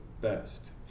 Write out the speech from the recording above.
best